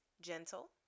Gentle